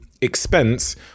expense